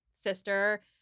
sister